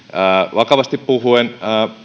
vakavasti puhuen